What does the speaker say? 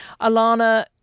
Alana